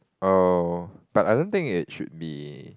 oh but I don't think it should be